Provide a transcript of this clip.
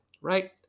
right